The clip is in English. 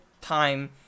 time